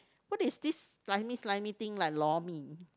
what is this slimy slimy thing like lor mee